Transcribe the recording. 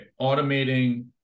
automating